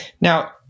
Now